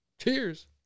Cheers